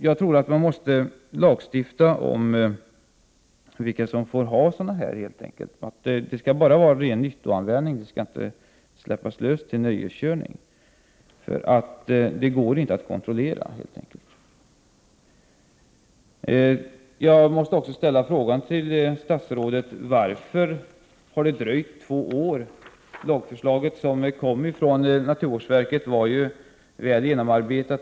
Jag tror att man måste lagstifta om vilka som får ha sådana här fordon. Det skall enbart handla om fen nyttoanvändning — dessa fordon skall inte släppas lös — Prot. 1988/89:56 för nöjeskörning, eftersom det helt enkelt inte går att kontrollera. 27 januari 1989 Jag måste också fråga statsrådet: Varför har det dröjt två år? Det lagförslag som kom från naturvårdsverket var väl genomarbetat.